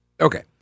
Okay